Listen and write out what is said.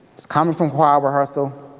was coming from choir rehearsal,